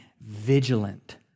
vigilant